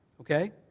Okay